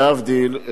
להבדיל,